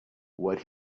what